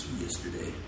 yesterday